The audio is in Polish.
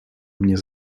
mnie